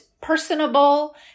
personable